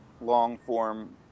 long-form